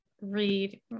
read